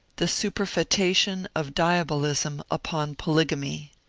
the superfcetation of diabolism upon polygamy.